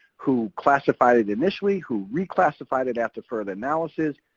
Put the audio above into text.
who classified it initially, who re-classified it after further analysis,